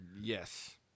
Yes